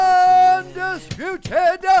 undisputed